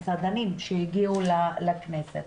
מסעדנים שהגיעו לכנסת,